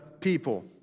people